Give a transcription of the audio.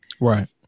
Right